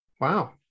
wow